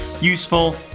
useful